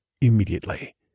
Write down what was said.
immediately